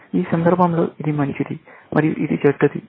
ఈ సందర్భంలో ఇది మంచిది మరియు ఇది చెడ్డది